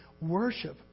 Worship